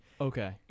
Okay